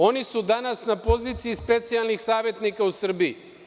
Oni su danas na poziciji specijalnih savetnika u Srbiji.